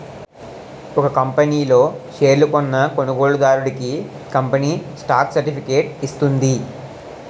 ఒక కంపనీ లో షేర్లు కొన్న కొనుగోలుదారుడికి కంపెనీ స్టాక్ సర్టిఫికేట్ ఇస్తుంది